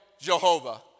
Jehovah